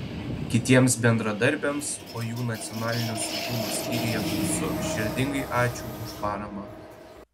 kitiems bendradarbiams o jų nacionalinio saugumo skyriuje gausu širdingai ačiū už paramą